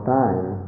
time